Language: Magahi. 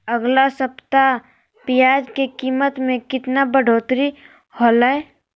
अगला सप्ताह प्याज के कीमत में कितना बढ़ोतरी होलाय?